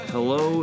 Hello